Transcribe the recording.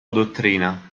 dottrina